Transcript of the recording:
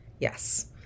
Yes